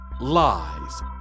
lies